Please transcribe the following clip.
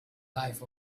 life